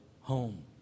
home